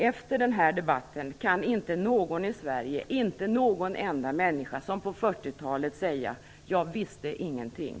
Efter den här debatten kan inte någon i Sverige, inte någon enda människa, säga som på 40 talet: Jag visste ingenting.